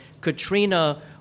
Katrina